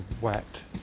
wet